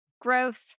growth